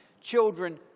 children